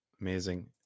Amazing